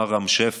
מר רם שפע.